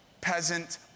peasant